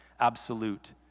absolute